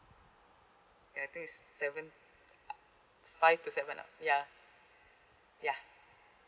I think it's seven uh five to seven ah ya ya